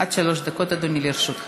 עד שלוש דקות, אדוני, לרשותך.